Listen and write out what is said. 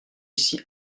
ici